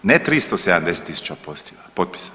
Ne 370 tisuća potpisa.